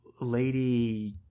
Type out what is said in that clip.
Lady